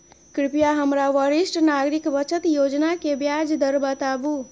कृपया हमरा वरिष्ठ नागरिक बचत योजना के ब्याज दर बताबू